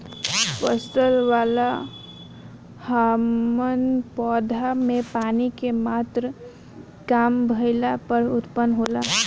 फसल वाला हॉर्मोन पौधा में पानी के मात्रा काम भईला पर उत्पन्न होला